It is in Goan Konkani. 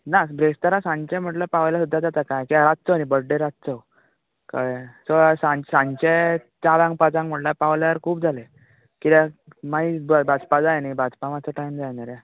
ना बरेस्तारां सांचें म्हटल्यार पावल्यार सुद्दां जाता कांय किद्या रातचो न्ही बड्डे रातचो कळ्ळें सो हय सांचें चारांक पांचाक म्हटल्यार पावल्यार खूब जालें किद्याक मागीर भाजपा जाय नही भाजपा मात्सो टायम जाय न्ही रे